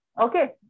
Okay